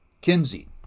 Kinsey